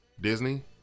Disney